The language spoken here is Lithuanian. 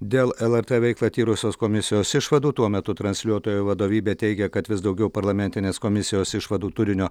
dėl lrt veiklą tyrusios komisijos išvadų tuo metu transliuotojo vadovybė teigia kad vis daugiau parlamentinės komisijos išvadų turinio